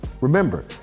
Remember